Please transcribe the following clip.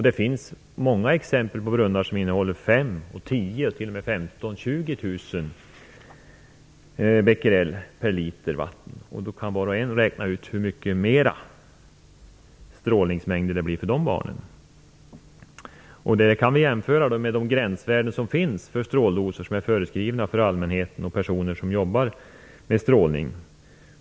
Det finns många brunnar som innehåller 5 000, Då kan var och en räkna ut hur mycket större strålningsmängder det kan bli. Detta kan vi jämföra med de gränsvärden som finns för stråldoser som är föreskrivna för allmänheten och personer som arbetar med strålning.